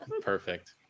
Perfect